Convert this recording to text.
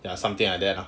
ya something like that lah